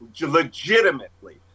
legitimately